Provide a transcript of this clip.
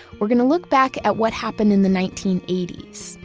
we're going to look back at what happened in the nineteen eighty s,